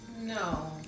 No